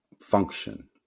function